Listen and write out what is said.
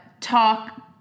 talk